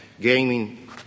gaming